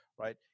right